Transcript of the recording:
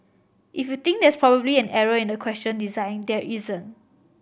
if you think there's probably an error in the question design there isn't